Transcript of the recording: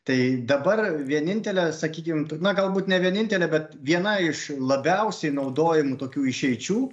tai dabar vienintelė sakykim na galbūt ne vienintelė bet viena iš labiausiai naudojamų tokių išeičių